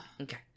Okay